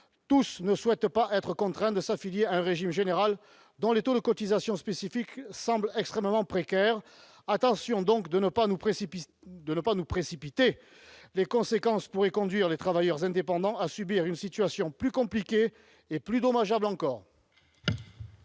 tous ne souhaitent pas être contraints de s'affilier à un régime général dont les taux de cotisation spécifiques semblent extrêmement précaires. Attention donc de ne pas nous précipiter. Les conséquences pourraient conduire les travailleurs indépendants à subir une situation plus compliquée et plus dommageable encore.